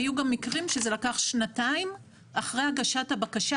היו גם מקרים שזה לקח שנתיים, אחרי הגשת הבקשה.